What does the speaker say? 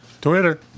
Twitter